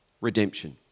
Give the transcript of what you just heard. redemption